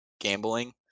gambling